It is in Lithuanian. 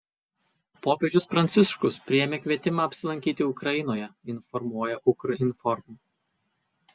popiežius pranciškus priėmė kvietimą apsilankyti ukrainoje informuoja ukrinform